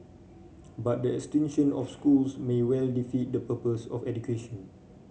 but the extinction of schools may well defeat the purpose of education